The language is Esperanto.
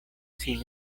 sin